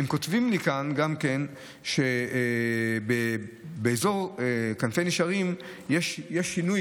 כותבים לי כאן גם כן שבאזור כנפי נשרים יש שינוי